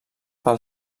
pel